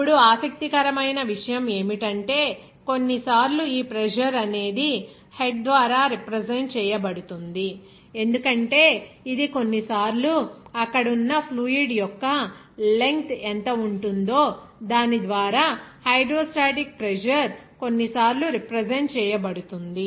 ఇప్పుడు ఆసక్తికరమైన విషయం ఏమిటంటే కొన్నిసార్లు ఈ ప్రెజర్ అనేది హెడ్ ద్వారా రిప్రజెంట్ చేయబడుతుంది ఎందుకంటే ఇది కొన్నిసార్లు అక్కడ ఉన్న ఫ్లూయిడ్ యొక్క లెంగ్త్ ఎంత ఉంటుందో దాని ద్వారా హైడ్రోస్టాటిక్ ప్రెజర్ కొన్నిసార్లు రిప్రజెంట్ చేయబడుతుంది